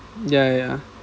ya ya ya